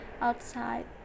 outside